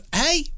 Hey